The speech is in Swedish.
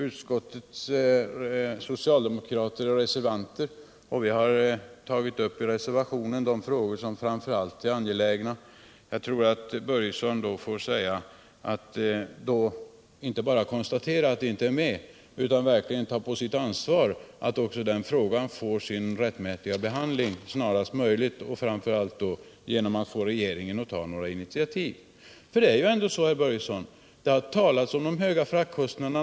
Utskottets socialdemokrater och reservanterna har i reservationen tagit upp de frågor som framför allt är angelägna, och enligt min mening bör herr Börjesson inte bara konstatera att frågan om fraktkostnaderna inte är med utan verkligen ta på sitt ansvar att den också får sin rättmätiga behandling snarast möjligt genom att medverka till att regeringen tar initiativ i den riktningen. Det har ju ändå, herr Börjesson, talats om dessa höga fraktkostnader.